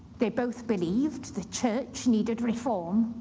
they both believed the church needed reform.